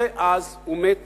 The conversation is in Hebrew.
ואז הוא מת